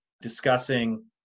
discussing